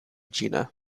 gina